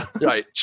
Right